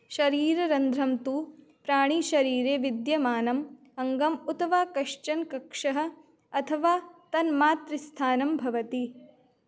शरीररन्ध्रं तु प्राणीशरीरे विद्यमानम् अङ्गम् उत वा कश्चनः कक्षः अथवा तन्मात्रास्थानं भवति